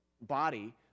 body